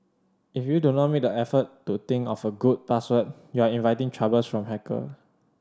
if you do not make the effort to think of a good password you are inviting troubles from hacker